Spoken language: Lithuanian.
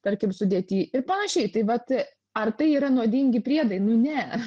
tarkim sudėty ir panašiai tai vat ar tai yra nuodingi priedai nu ne